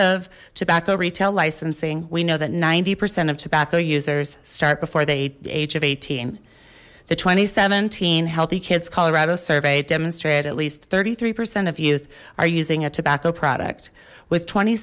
of tobacco retail licensing we know that ninety percent of tobacco users start before they age of eighteen the two thousand and seventeen healthy kids colorado survey demonstrated at least thirty three percent of youth are using a tobacco product with twenty